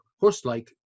horse-like